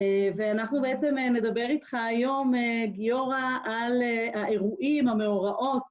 ואנחנו בעצם נדבר איתך היום, גיורא, על האירועים, המאורעות.